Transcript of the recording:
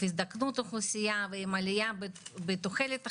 הזדקנות אוכלוסיה ועלייה בתוחלת החיים,